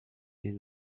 est